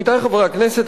עמיתי חברי הכנסת,